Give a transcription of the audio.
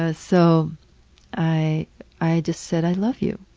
ah so i i just said, i love you.